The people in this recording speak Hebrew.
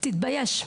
תתבייש.